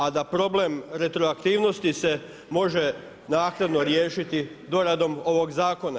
A da problem retroaktivnosti se može naknadno riješiti doradom ovog zakona.